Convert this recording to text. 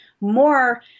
more